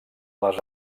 les